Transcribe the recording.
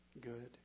good